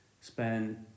spend